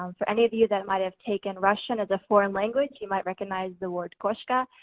um for any of you that might have taken russian as a foreign language, you might recognize the word koshka,